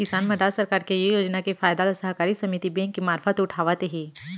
किसान मन राज सरकार के ये योजना के फायदा ल सहकारी समिति बेंक के मारफत उठावत हें